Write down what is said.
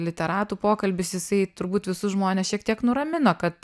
literatų pokalbis jisai turbūt visus žmones šiek tiek nuramino kad